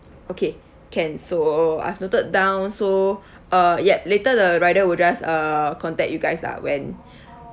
okay can so I've noted down so uh ya later the rider will just uh contact you guys lah when